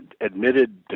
admitted